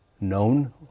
known